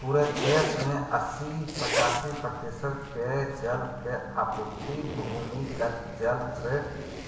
पूरे देश में अस्सी पचासी प्रतिशत पेयजल के आपूर्ति भूमिगत जल से